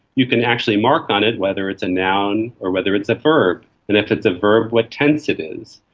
you can actually mark on it whether it's a noun or whether it's a verb. and if it's a verb, what tense it is.